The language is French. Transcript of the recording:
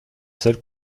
seule